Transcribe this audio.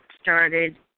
started